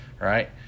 Right